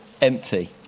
empty